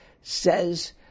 says